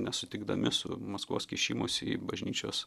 nesutikdami su maskvos kišimusi į bažnyčios